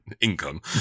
income